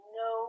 no